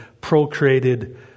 procreated